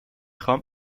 خوام